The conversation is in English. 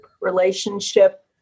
relationship